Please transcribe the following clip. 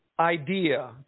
idea